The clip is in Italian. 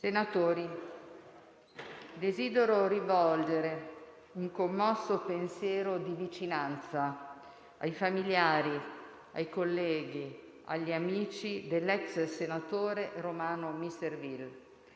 Senatori, desidero rivolgere un commosso pensiero di vicinanza ai familiari, ai colleghi, agli amici dell'ex senatore Romano Misserville.